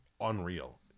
unreal